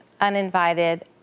Uninvited